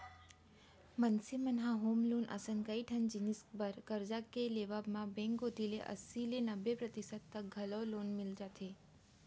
मनसे मन ल होम लोन असन कइ ठन जिनिस बर करजा के लेवब म बेंक कोती ले अस्सी ले नब्बे परतिसत तक घलौ लोन मिल जाथे